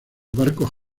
barcos